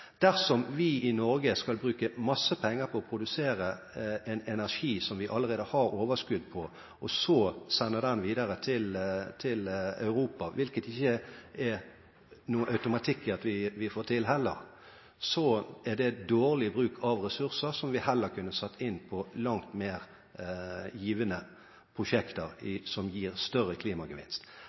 Dersom vi i Norge skal bruke masse penger på å produsere en energi som vi allerede har overskudd av, og så selge den videre til Europa, hvilket det ikke er noen automatikk i at vi får til heller, er det dårlig bruk av ressurser som vi heller kunne satt inn på langt mer givende prosjekter som gir større klimagevinst.